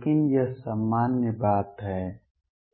लेकिन यह सामान्य बात है